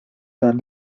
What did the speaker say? tan